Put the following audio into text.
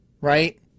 right